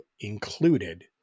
included